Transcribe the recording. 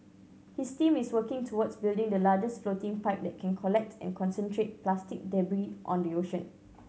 his team is working towards building the largest floating pipe that can collect and concentrate plastic debris on the ocean